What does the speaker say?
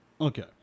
okay